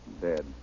Dead